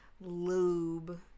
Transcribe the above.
lube